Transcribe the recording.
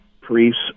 priests